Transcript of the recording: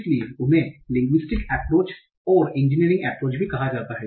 इसलिए उन्हें linguistic approach और इंजीनियरिंग अप्प्रोच भी कहा जाता है